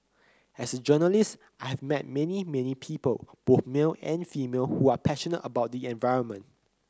as a journalist I have met many many people both male and female who are passionate about the environment